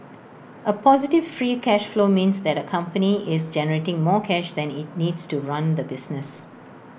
A positive free cash flow means that A company is generating more cash than IT needs to run the business